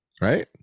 right